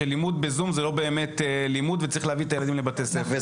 שלימוד בזום זה לא באמת לימוד וצריך להביא את הילדים לבתי הספר,